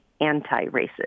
anti-racist